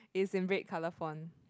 it's in red color font